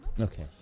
okay